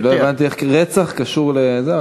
לא הבנתי איך רצח קשור לזה.